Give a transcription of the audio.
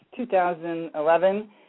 2011